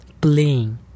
playing